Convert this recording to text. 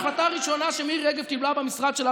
ההחלטה הראשונה שמירי רגב קיבלה במשרד שלה,